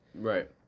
Right